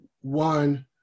One